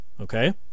okay